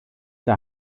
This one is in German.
der